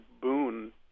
boon